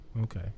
Okay